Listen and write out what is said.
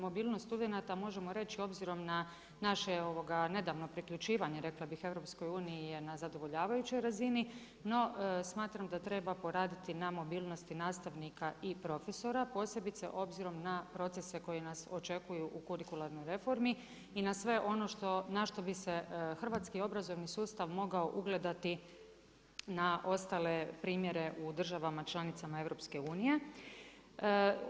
Mobilnost studenata možemo reći obzirom na naše nedavno priključivanje rekla bih EU-u, je na zadovoljavajućoj razini, no smatram da treba poraditi na mobilnosti nastavnika i profesora, posebice obzirom na procese koji nas očekuju u kurikularnoj reformi i na sve ono na što bi se hrvatski obrazovni sustav mogao ugledati na ostale primjere u državama članica EU-a.